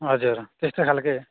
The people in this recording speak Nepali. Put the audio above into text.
हजुर त्यस्तै खाल्के